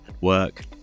work